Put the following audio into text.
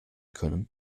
können